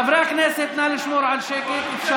חברי הכנסת, נא לשמור על השקט.